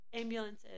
ambulances